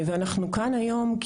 אנחנו כאן היום,